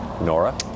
nora